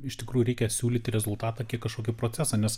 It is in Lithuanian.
iš tikrųjų reikia siūlyti rezultatą kaip kažkokį procesą nes